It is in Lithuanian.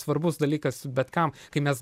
svarbus dalykas bet kam kai mes